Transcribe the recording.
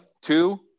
two